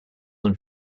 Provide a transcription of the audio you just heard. than